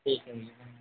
ठीक है